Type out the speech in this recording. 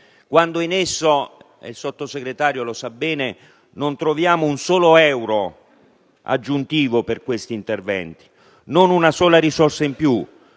quando in esso - il Sottosegretario lo sa bene - non troviamo un solo euro aggiuntivo per questi interventi, non una sola risorsa in più,